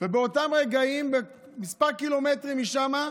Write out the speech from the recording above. ובאותם רגעים, כמה קילומטרים משם,